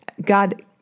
God